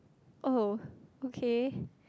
oh okay